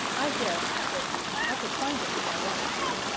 i guess, said he, i could find it if i wanted to.